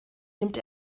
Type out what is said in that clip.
nimmt